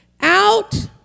out